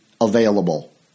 available